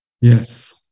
Yes